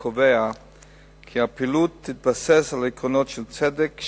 קובע כי הפעילות תתבסס על עקרונות של צדק,